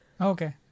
okay